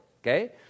okay